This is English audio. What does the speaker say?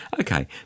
Okay